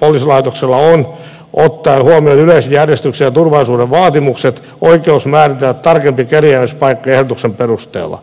poliisilaitoksella on ot taen huomioon yleisen järjestyksen ja turvallisuuden vaatimukset oikeus määritellä tarkempi kerjäämispaikka ehdotuksen perusteella